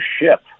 ship